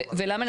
ולמה,